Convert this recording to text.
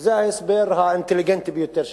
זה ההסבר האינטליגנטי ביותר ששמענו.